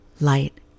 light